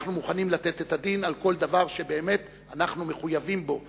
אנחנו מוכנים לתת את הדין על כל דבר שבאמת אנחנו מחויבים בו,